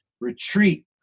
retreat